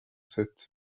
sept